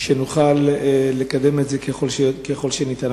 שנוכל לקדם את זה ככל שניתן.